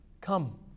come